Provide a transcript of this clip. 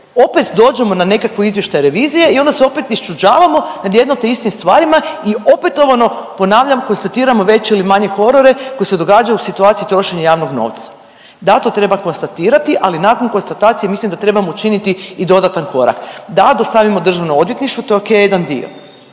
opet dođemo na nekakav izvještaj revizije i onda se opet iščuđavamo nad jednim te istim stvarima i opetovano ponavljam, konstatiramo veće ili manje horore koji se događaju u situaciji trošenja javnog novca. Da, to treba konstatirati, ali nakon konstatacije mislim da trebamo učiniti i dodatan korak, da dostavimo državno odvjetništvo to je ok jedan dio.